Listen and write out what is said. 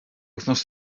wythnos